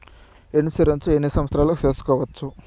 Insurance ఎన్ని సంవత్సరాలకు సేసుకోవచ్చు?